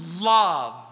love